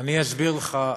אני אסביר לך.